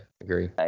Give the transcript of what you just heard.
agree